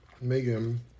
Megan